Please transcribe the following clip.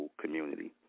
community